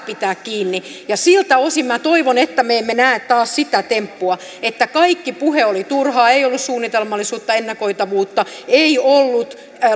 pitää kiinni ja siltä osin minä toivon että me emme näe taas sitä temppua että kaikki puhe oli turhaa ei ollut suunnitelmallisuutta ennakoitavuutta ei ollut